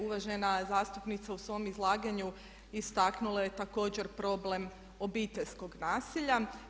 Uvažena zastupnica u svom izlaganju istaknula je također problem obiteljskog nasilja.